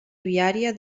viària